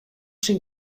syn